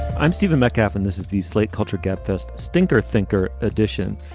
i'm stephen metcalf and this is the slate culture gabfest stinker thinker edition.